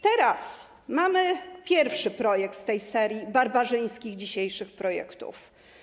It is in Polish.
Teraz mamy pierwszy projekt z serii barbarzyńskich dzisiejszych projektów.